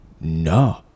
no